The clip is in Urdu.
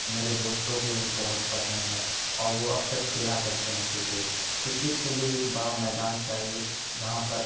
میرے دوستوں کو بھی بہت پسند ہے اور وہ اکثر کھیلا کرتے ہیں کرکٹ کرکٹ کے لیے ایک بڑا میدان چاہیے جہاں پر